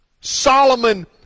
Solomon